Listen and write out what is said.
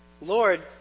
Lord